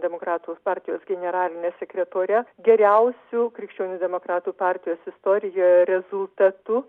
demokratų partijos generaline sekretore geriausiu krikščionių demokratų partijos istorijoje rezultatu